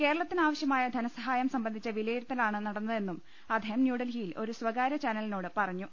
കേരളത്തിന് ആവശ്യമായ ധനസഹായം സംബന്ധിച്ച വിലയി രുത്തലാണ് നടന്നതെന്നും അദ്ദേഹം ന്യൂഡൽഹിയിൽ ഒരു സ്ഥകാ ര്യചാനലിനോട് പറഞ്ഞു